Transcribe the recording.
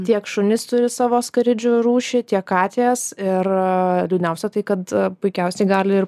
tiek šunys turi savo askardžių rūšį tiek katės ir liūdniausia tai kad puikiausiai gali ir